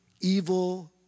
evil